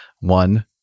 One